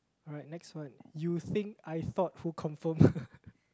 right next one you think I thought who confirm